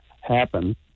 happen